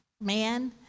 man